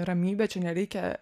ramybė čia nereikia